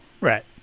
Right